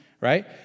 Right